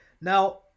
now